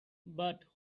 but